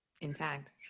intact